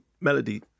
melody